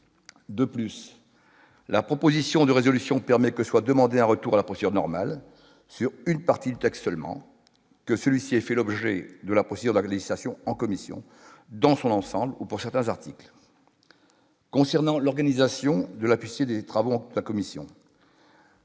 de plus, la proposition de résolution permet que soit demander un retour à la posture normale sur une partie du texte seulement que celui-ci ait fait l'objet de la posture la glisse à Sion en commission dans son ensemble, ou pour certains articles concernant l'organisation de l'appuyer des travaux, la commission.